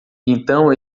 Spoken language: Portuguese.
então